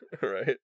Right